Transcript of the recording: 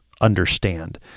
understand